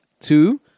two